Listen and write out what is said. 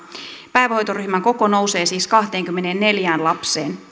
päivähoitoryhmien koko nousee siis kahteenkymmeneenneljään lapseen